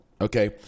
okay